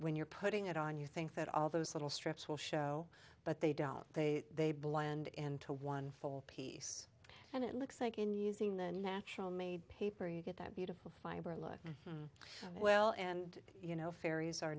when you're putting it on you think that all those little strips will show but they don't they they blend into one full piece and it looks like in using the natural made paper you get that beautiful fiber look well and you know fairies are